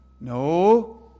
No